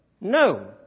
No